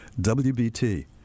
WBT